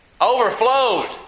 Overflowed